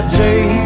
day